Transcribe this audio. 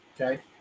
Okay